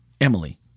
Emily